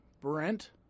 Brent